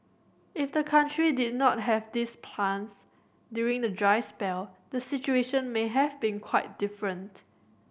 if the country did not have these plants during the dry spell the situation may have been quite different